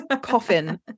coffin